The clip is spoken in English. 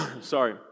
Sorry